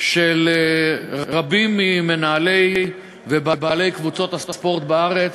של רבים ממנהלי ובעלי קבוצות הספורט בארץ,